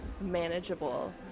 manageable